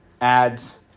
ads